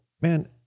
man